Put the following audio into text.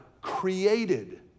created